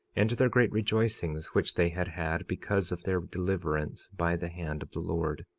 and their great rejoicings which they had had because of their deliverance by the hand of the lord.